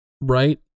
Right